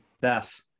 Beth